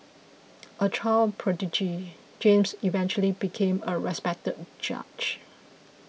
a child prodigy James eventually became a respected judge